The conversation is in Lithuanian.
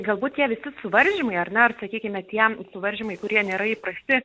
galbūt tie visi suvaržymai ar ne ar sakykime tie suvaržymai kurie nėra įprasti